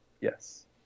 Yes